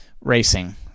racing